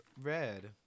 red